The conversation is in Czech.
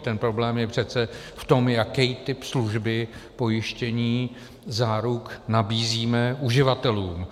Ten problém je přece v tom, jaký typ služby, pojištění, záruk nabízíme uživatelům.